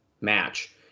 match